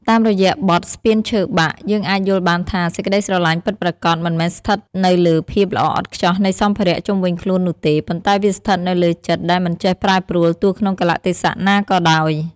តាមរយៈបទ "ស្ពានឈើបាក់" យើងអាចយល់បានថា សេចក្តីស្រឡាញ់ពិតប្រាកដមិនមែនស្ថិតនៅលើភាពល្អឥតខ្ចោះនៃសម្ភារៈជុំវិញខ្លួននោះទេ ប៉ុន្តែវាស្ថិតនៅលើចិត្តដែលមិនចេះប្រែប្រួលទោះក្នុងកាលៈទេសៈណាក៏ដោយ។